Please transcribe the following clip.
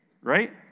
right